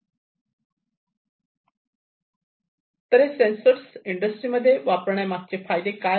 तर हे सेन्सर्स इंडस्ट्रीमध्ये वापरण्या मागचे फायदे काय आहेत